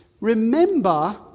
Remember